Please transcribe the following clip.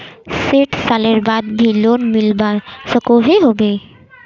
सैट सालेर बाद भी लोन मिलवा सकोहो होबे?